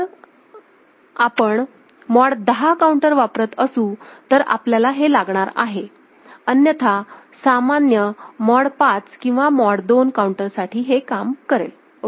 जर आपण mod 10 counter वापरत असू तर आपल्याला हे लागणार आहे अन्यथा सामान्य मॉड 5 किंवा मॉड 2 काऊंटर साठी हे काम करेल